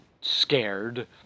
scared